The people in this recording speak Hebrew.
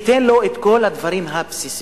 תיתן לו את כל הדברים הבסיסיים,